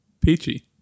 Peachy